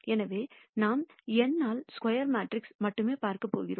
எனவே நாம் n ஆல் ஸ்கோயர் மெட்ரிக்ஸ்களை மட்டுமே பார்க்கப் போகிறோம்